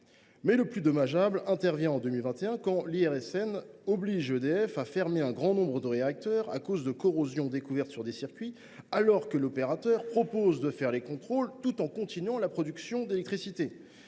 le plus dommageable intervient en 2021, quand l’IRSN oblige EDF à fermer un grand nombre de réacteurs à cause de corrosions découvertes sur des circuits, alors que l’opérateur propose de faire les contrôles tout en continuant la production d’électricité.